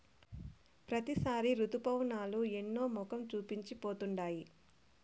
ప్రతిసారి రుతుపవనాలు ఎన్నో మొఖం చూపించి పోతుండాయి